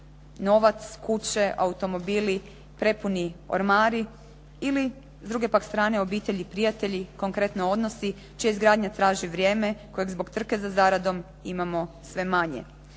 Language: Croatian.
Novac, kuće, automobili, prepuni ormari ili s druge pak strane obitelj i prijatelji, konkretno odnosi čija izgradnja traži vrijem koja zbog trke za zaradom imamo sve manje.